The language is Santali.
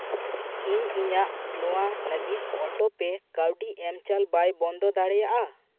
ᱤᱧ ᱤᱧᱟᱹᱜ ᱱᱚᱣᱟ ᱞᱟᱹᱜᱤᱫ ᱚᱴᱳᱯᱮ ᱠᱟᱹᱣᱰᱤ ᱮᱢ ᱪᱟᱞ ᱵᱟᱭ ᱵᱚᱱᱫᱚ ᱫᱟᱲᱮᱭᱟᱜᱼᱟ